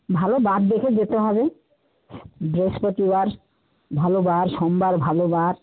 ভালো বার দেখে যেতে হবে বৃহস্পতিবার ভালো বার সোমবার ভালো বার